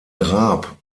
grab